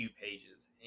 Pages